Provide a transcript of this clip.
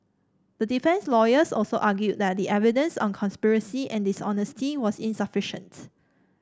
the defence lawyers also argued that the evidence on conspiracy and dishonesty was insufficient